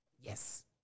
Yes